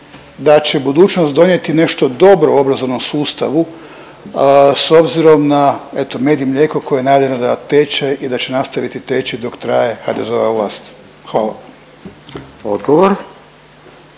da će budućnost donijeti nešto dobro obrazovnom sustavu s obzirom na eto, med i mlijeko koje .../Govornik se ne razumije./... da teče i da će nastaviti teći dok traje HDZ-ova vlast. Hvala. **Radin,